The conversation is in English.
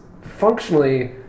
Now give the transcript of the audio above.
Functionally